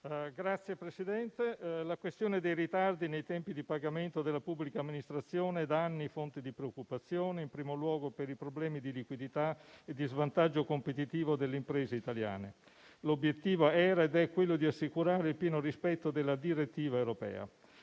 Signor Presidente, la questione dei ritardi nei tempi di pagamento della pubblica amministrazione è da anni fonte di preoccupazione, in primo luogo per i problemi di liquidità e di svantaggio competitivo delle imprese italiane. L'obiettivo era ed è quello di assicurare il pieno rispetto della direttiva europea.